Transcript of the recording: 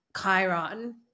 Chiron